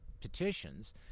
petitions